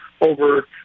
over